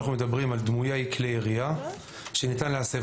אנחנו מדברים על דמויי כלי ירייה שניתן להסב.